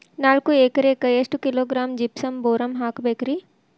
ನಾಲ್ಕು ಎಕರೆಕ್ಕ ಎಷ್ಟು ಕಿಲೋಗ್ರಾಂ ಜಿಪ್ಸಮ್ ಬೋರಾನ್ ಹಾಕಬೇಕು ರಿ?